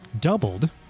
Doubled